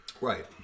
Right